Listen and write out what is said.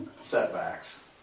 setbacks